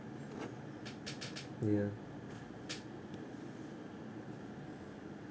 ya